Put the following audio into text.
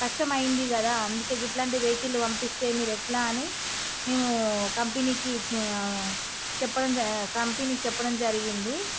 కష్టమైంది కదా అందుకే ఇట్లాంటి వెహికల్ పంపిస్తే మీరు ఎట్లా అని మేము కంపెనీకి చెప్పడం కంపెనీకి చెప్పడం జరిగింది